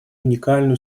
уникальную